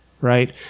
right